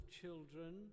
children